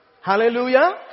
Hallelujah